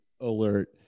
alert